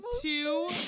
two